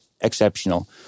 exceptional